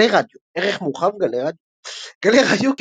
גלי רדיו ערך מורחב – גלי רדיו גלי רדיו,